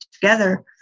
together